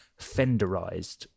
Fenderized